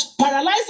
paralyzing